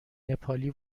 نپالی